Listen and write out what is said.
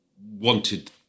wanted